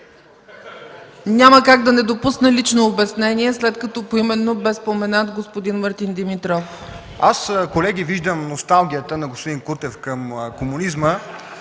Няма как да не допусна лично обяснение, след като поименно бе споменат господин Мартин Димитров. МАРТИН ДИМИТРОВ (СК): Аз, колеги, виждам носталгията на господин Кутев към комунизма.